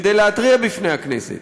כדי להתריע בפני הכנסת